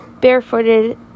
barefooted